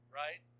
right